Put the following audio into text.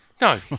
No